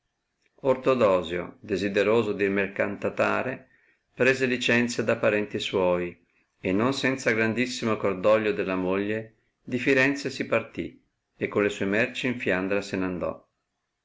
ortodosio desideroso di mercatantare prese licenzia da parenti suoi e non senza grandissimo cordoglio della moglie di firenze si partì e con le sue merci in fiandra se n andò